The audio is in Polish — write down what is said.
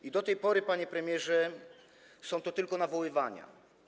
I do tej pory, panie premierze, są to tylko nawoływania.